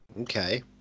Okay